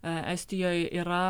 estijoj yra